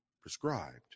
prescribed